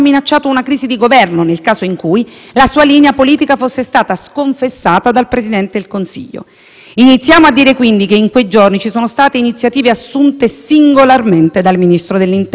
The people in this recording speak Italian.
Iniziamo a dire, quindi, che in quei giorni ci sono state iniziative assunte singolarmente dal Ministro dell'interno, in dissenso da altri membri del Governo. Altro che indirizzo governativo condiviso e coordinato!